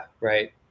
right